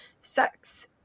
sex